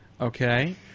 Okay